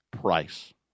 price